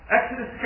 Exodus